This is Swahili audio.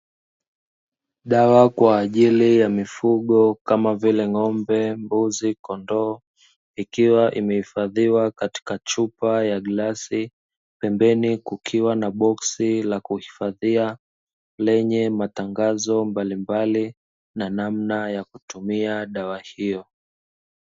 Dawa kwa ajili ya mifugo kama vile, ng'ombe, mbuzi, kondoo; ikiwa imehifadhiwa katika chupa ya glasi, pembeni kukiwa na boksi la kuhifadhia lenye matangazo mbalimbali na namna ya kutumiaa dawa hiyo.